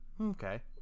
Okay